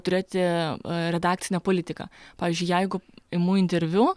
turėti redakcinę politiką pavyzdžiui jeigu imu interviu